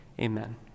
Amen